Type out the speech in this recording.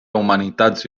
humanitats